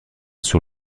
sur